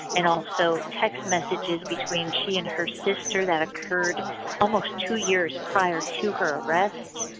and also text messages between she and her sister that occurred almost two years prior to her arrest.